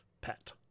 pet